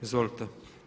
Izvolite.